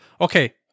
Okay